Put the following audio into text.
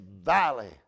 valley